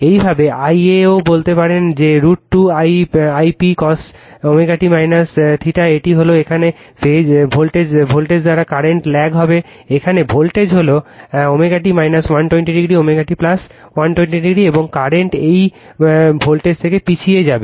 এইভাবে Iaও বলতে পারেন যে √ 2 I p cos ω t θ এটি হল Refer Time 0709 এখানে ভোল্টেজ দ্বারা কারেন্ট ল্যাগ হবে এখানে ভোল্টেজ হল ω t 120 o ω t 120 o এবং কারেন্ট এই ভোল্টেজ থেকে পিছিয়ে যাবে